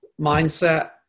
mindset